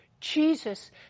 Jesus